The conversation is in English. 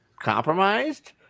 Compromised